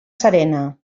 serena